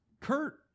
Kurt